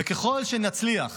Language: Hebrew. וככל שנצליח